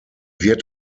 wird